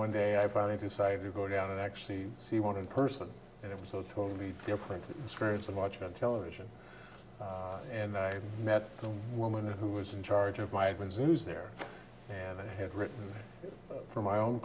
one day i finally decided to go down and actually see one in person and it was so totally different experience of watching on television and i met a woman who was in charge of my vns news there and i had written for my own